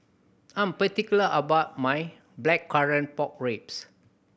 I'm particular about my Blackcurrant Pork Ribs